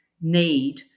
need